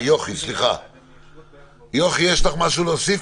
יוכי, יש לך משהו להוסיף?